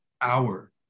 hour